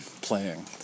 playing